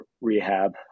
rehab